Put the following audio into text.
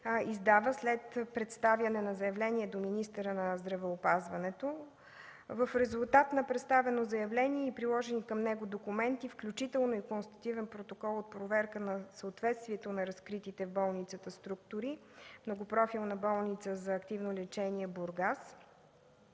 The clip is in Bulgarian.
издава след представяне на заявление до министъра на здравеопазването. В резултат на представено заявление и приложени към него документи, включително и констативен протокол от проверка на съответствието на разкритите в болницата структури, Многопрофилна болница за активно лечение – Бургас